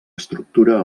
estructura